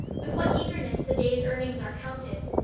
with what eagerness the day's earnings are counted!